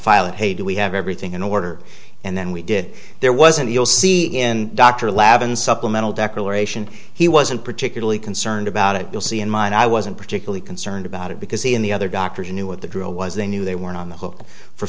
file that hey do we have everything in order and then we did there wasn't you'll see in dr lavin supplemental declaration he wasn't particularly concerned about it you'll see in mine i wasn't particularly concerned about it because he in the other doctors knew what the drill was they knew they were on the hook for